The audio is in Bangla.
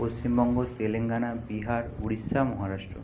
পশ্চিমবঙ্গ তেলেঙ্গানা বিহার উড়িষ্যা মহারাষ্ট্র